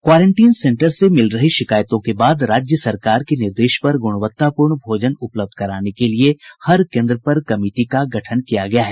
quarantine centre से मिल रही शिकायतों के बाद राज्य सरकार के निर्देश पर गुणवत्तापूर्ण भोजन उपलब्ध कराने के लिए हर केन्द्र पर कमिटी का गठन किया गया है